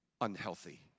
unhealthy